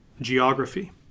geography